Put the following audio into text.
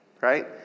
right